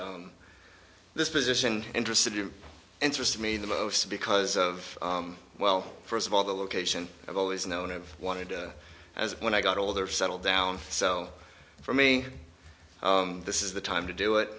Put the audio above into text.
done this position interested you interest me the most because of well first of all the location i've always known i've wanted to as when i got older settle down so for me this is the time to do it